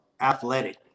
athletic